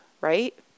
right